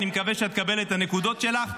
אני מקווה שאת מקבלת את הנקודות שלך.